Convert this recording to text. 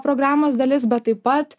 programos dalis bet taip pat